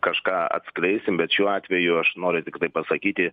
kažką atskleisim bet šiuo atveju aš noriu tiktai pasakyti